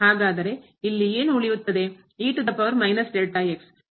ಹಾಗಾದರೆ ಇಲ್ಲಿ ಏನು ಉಳಿಯುತ್ತದೆ